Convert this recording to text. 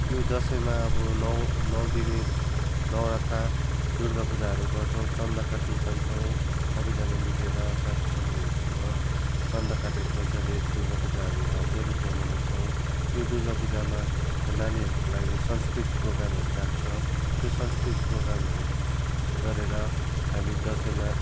त्यो दसैँमा अब नौ दिने नौरथा दुर्गा पुजाहरू गर्छौँ चन्दा काट्नु जान्छौँ सबैजना मिलेर साथी सङ्गीहरूसँग चन्दा काटेको पैसाले दुर्गा पुजा हामी भव्य रूपमा मनाउछौँ त्यो दुर्गा पुजामा नानीहरूको लागि सांस्कृतिक प्रोग्रामहरू राख्छ त्यो सांस्कृतिक प्रोग्रामहरू गरेर हामी दसैँमा